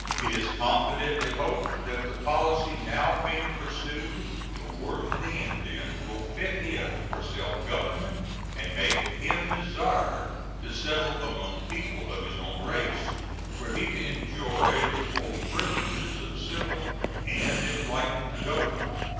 it is confidently hoped that the policy now being pursued toward the indian will fit him for self-government and make him desire to settle among people of his own race where he can enjoy the full privileges of civil and enlightened government.